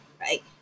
right